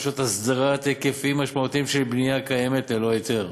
המאפשרת הסדרת היקפים משמעותיים של בנייה קיימת ללא היתר.